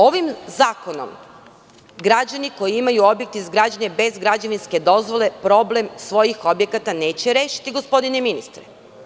Ovim zakonom građani koji imaju objekte izgrađene bez građevinske dozvole problem svojih objekata neće rešiti, gospodine ministre.